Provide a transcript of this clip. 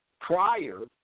Prior